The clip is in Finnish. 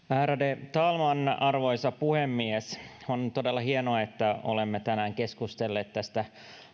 ärade talman arvoisa puhemies on todella hienoa että olemme tänään keskustelleet tästä